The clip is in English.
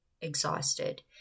exhausted